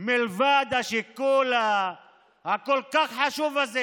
מלבד השיקול החשוב כל כך הזה.